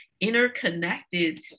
interconnected